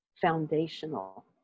foundational